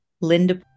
Linda